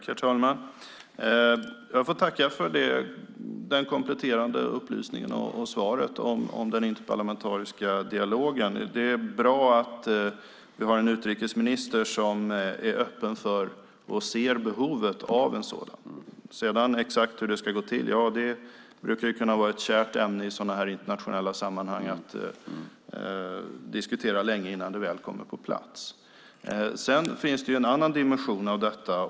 Herr talman! Jag får tacka för den kompletterande upplysningen och svaret om den interparlamentariska dialogen. Det är bra att vi har en utrikesminister som är öppen för och ser behovet av en sådan. När det gäller hur detta exakt ska gå till brukar det vara ett kärt ämne i sådana här internationella sammanhang att diskutera länge innan det väl kommer på plats. Sedan finns det en annan dimension av detta.